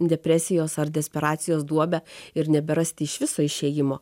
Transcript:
depresijos ar desperacijos duobę ir neberasti iš viso išėjimo